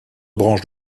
branche